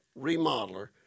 remodeler